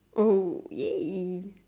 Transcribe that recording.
oh ya